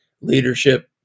leadership